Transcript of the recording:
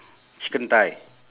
chicken thigh